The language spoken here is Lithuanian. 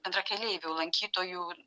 bendrakeleivių lankytojų